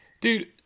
Dude